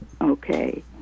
Okay